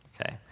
okay